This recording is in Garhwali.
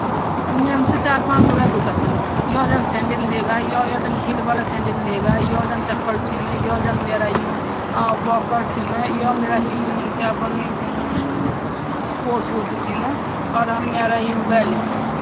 मयेमा तह चार पांच जोड़ी जूता चीन जान यो सेंडल वेगि यो जन हील वाला वेग्या यो चपल यो जन वॉकर्स चीन यो जान क्या बन वो ते जन स्पोर्टस शूज